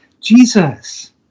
Jesus